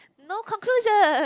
no conclusion